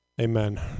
Amen